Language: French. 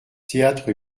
théâtre